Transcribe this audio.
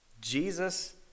Jesus